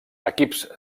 equips